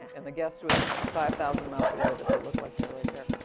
and the guest was five thousand miles away. but they look like they're right there,